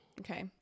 Okay